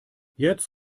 jetzt